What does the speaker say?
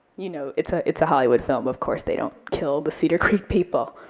you know, it's ah it's a hollywood film, of course they don't kill the cedar creek people,